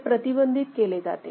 ते प्रतिबंधित केले जाते